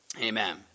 Amen